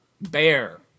bear